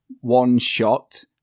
one-shot